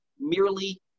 merely